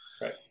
Right